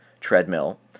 treadmill